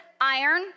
Iron